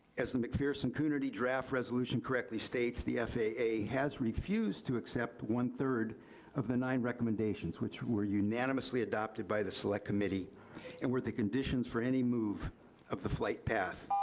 as the mcpherson coonerty draft resolution correctly states, the faa has refused to accept one-third of the nine recommendations, which were unanimously adopted by the select committee and were the conditions for any move of the flight path.